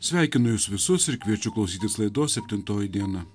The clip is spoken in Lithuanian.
sveikinu jus visus ir kviečiu klausytis laidos septintoji diena